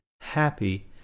happy